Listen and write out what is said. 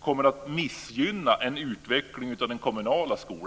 kommer att missgynna en utveckling av den kommunala skolan.